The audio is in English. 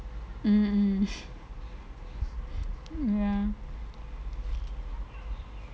mm mm ya